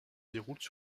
déroulent